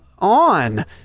on